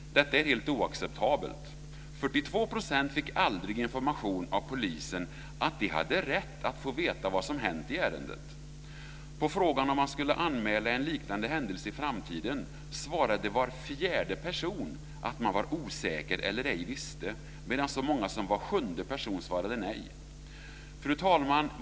Detta är helt oacceptabelt. 42 % fick aldrig information av polisen om att de hade rätt att få veta vad som hänt i ärendet. På frågan om man skulle anmäla en liknande händelse i framtiden svarade var fjärde person att man var osäker eller ej visste, medan så många som var sjunde person svarade nej. Fru talman!